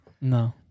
No